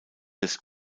des